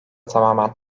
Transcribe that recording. tamamen